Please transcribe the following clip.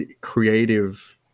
creative